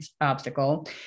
obstacle